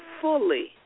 fully